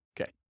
Okay